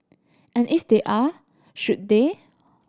and if they are should they